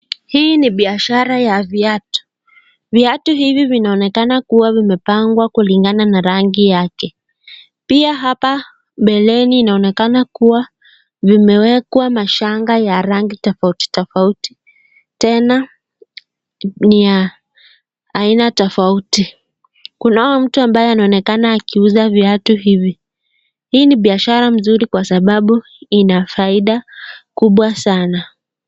Hii ni biashara ya viatu. Viatu hivi vinaonekana kuwa vimepangwa kulingana na rangi yake, pia hapa mbeleni inaonekana kuwa vimewekwa mashanga ya rangi tofauti tofauti tena ni ya aina tofauti. Kunao mtu anaonekana akiuza viatu hivi. Hii ni biashara mzuri kwa sababu inafaida kubwa sana.